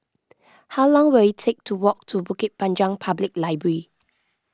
how long will it take to walk to Bukit Panjang Public Library